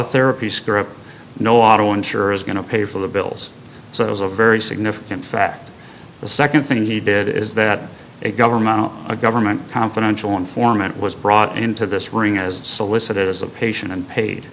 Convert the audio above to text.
a therapy script no auto insurers going to pay for the bills so it was a very significant fact the second thing he did is that a government or a government confidential informant was brought into this ring as solicited as a patient and paid